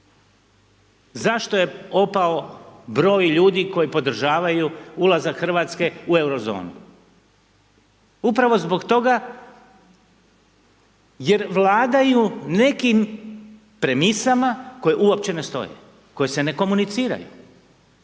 Zašto je opao broj ljudi koji podržavaju ulazak Hrvatske u euro zonu? Upravo zbog toga jer vladaju nekim premisama koje uopće ne stoje, koje se ne komuniciraju